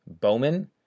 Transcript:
Bowman